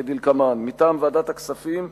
כדלקמן: מטעם ועדת הכספים,